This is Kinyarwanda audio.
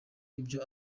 ibyo